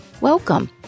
Welcome